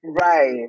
Right